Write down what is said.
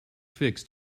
fix